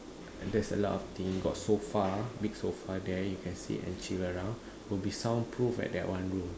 there's a lot of thing got sofa big sofa there you can sit and chill around will be soundproof at that one room